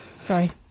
Sorry